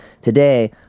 today